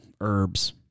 herbs